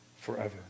forever